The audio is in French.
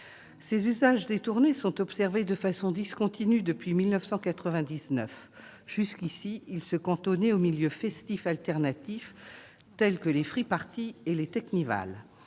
Ces usages détournés sont observés de manière discontinue depuis 1999. Jusqu'ici, ils se cantonnaient aux milieux festifs alternatifs, tels que les free-parties et les teknivals.